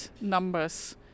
numbers